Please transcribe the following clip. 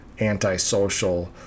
antisocial